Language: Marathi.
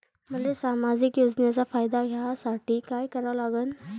मले सामाजिक योजनेचा फायदा घ्यासाठी काय करा लागन?